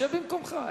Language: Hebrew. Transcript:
שב במקומך.